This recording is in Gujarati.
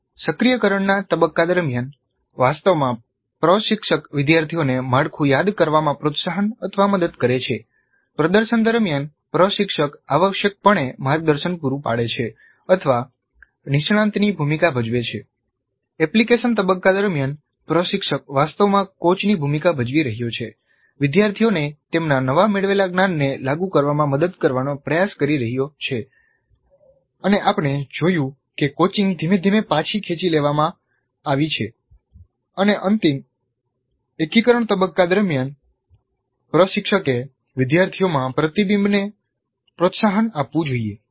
સક્રિયકરણના તબક્કા દરમિયાન વાસ્તવમાં પ્રશિક્ષક વિદ્યાર્થીઓને માળખું યાદ કરવામાં પ્રોત્સાહનમદદ કરે છે પ્રદર્શન દરમિયાન પ્રશિક્ષક આવશ્યકપણે માર્ગદર્શન પૂરું પાડે છે અથવા નિષ્ણાતની ભૂમિકા ભજવે છે એપ્લિકેશન તબક્કા દરમિયાન પ્રશિક્ષક વાસ્તવમાં કોચની ભૂમિકા ભજવી રહ્યો છે વિદ્યાર્થીઓને તેમના નવા મેળવેલા જ્ઞાનને લાગુ કરવામાં મદદ કરવાનો પ્રયાસ કરી રહ્યો છે અને આપણે જોયું કે કોચિંગ ધીમે ધીમે પાછી ખેંચી લેવામાં આવી છે અને અંતિમ એકીકરણ તબક્કા દરમિયાન પ્રશિક્ષકે વિદ્યાર્થીઓમાં પ્રતિબિંબને પ્રોત્સાહન આપવું જોઈએ